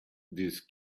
these